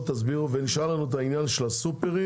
נשאר לנו העניין של הסופרים